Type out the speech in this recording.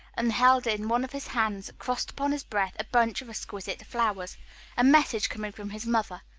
and held in one of his hands, crossed upon his breast, a bunch of exquisite flowers a message coming from his mother,